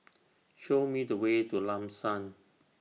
Show Me The Way to Lam San